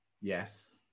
Yes